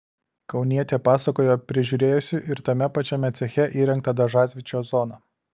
kaunietė pasakojo prižiūrėjusi ir tame pačiame ceche įrengtą dažasvydžio zoną